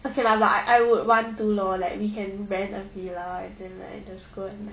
okay lah but I I would want to lor like we can rent a villa and then like just go and